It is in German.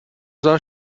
sah